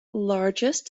largest